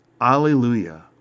Alleluia